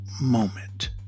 moment